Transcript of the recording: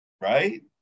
Right